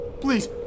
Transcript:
please